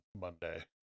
Monday